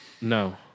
No